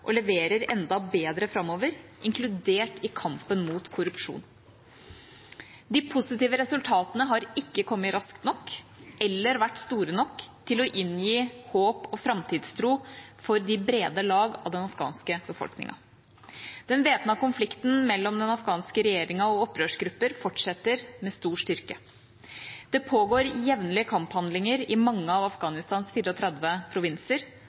og leverer enda bedre framover, inkludert i kampen mot korrupsjon. De positive resultatene har ikke kommet raskt nok eller vært store nok til å inngi håp og framtidstro for de brede lag av den afghanske befolkningen. Den væpnede konflikten mellom den afghanske regjeringa og opprørsgrupper fortsetter med stor styrke. Det pågår jevnlige kamphandlinger i mange av Afghanistans 34 provinser,